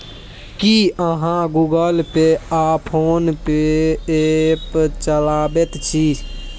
की अहाँ Google Pay आ PhonePe app चलाबैत छी?